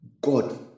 God